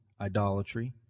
idolatry